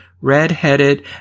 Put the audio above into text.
red-headed